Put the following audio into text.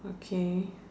okay